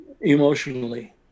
emotionally